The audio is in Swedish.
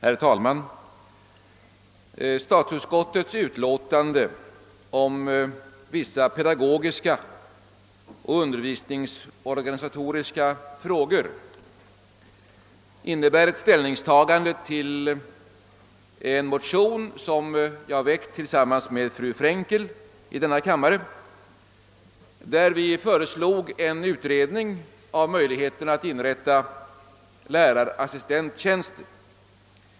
Herr talman! Statsutskottets utlåtande om vissa pedagogiska och undervisningsorganisatoriska frågor innebär ett ställningstagande till ett par likalydande motioner, den ena väckt av mig själv tillsammans med fru Frenkel i denna kammare. Vi föreslog i motionerna en utredning av möjligheten att inrätta lärarassistenttjänster.